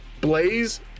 Blaze